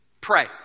pray